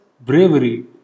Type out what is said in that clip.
bravery